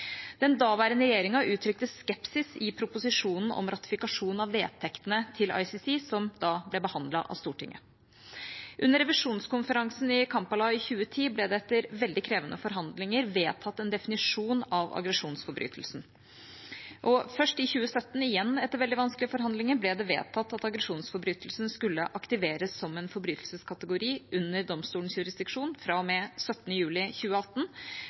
Den daværende regjeringa uttrykte skepsis i proposisjonen om ratifikasjon av vedtektene til ICC, som da ble behandlet av Stortinget. Under revisjonskonferansen i Kampala i 2010 ble det etter veldig krevende forhandlinger vedtatt en definisjon av aggresjonsforbrytelse. Først i 2017, igjen etter veldig vanskelige forhandlinger, ble det vedtatt at aggresjonsforbrytelse skulle aktiveres som en forbrytelseskategori under domstolens jurisdiksjon fra og med 17. juli 2018,